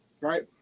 right